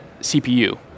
CPU